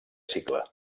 cicle